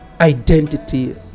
identity